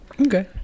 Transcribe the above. okay